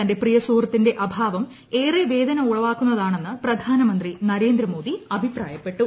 തന്റെ പ്രിയ സുഹൃത്തിന്റെ അഭാവം ഏറെ വേദന ഉളവാക്കുന്നതാണെന്ന് പ്രധാനമന്ത്രി നരേന്ദ്ര മോദി അഭിപ്രായപ്പെട്ടു